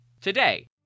today